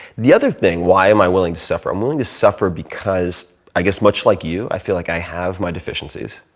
the other thing, why am i willing to suffer? i'm willing to suffer because i guess much like you i feel like i have my deficiencies.